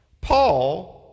Paul